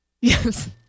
Yes